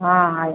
ହଁ ଆଜ୍ଞା